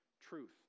truth